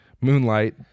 Moonlight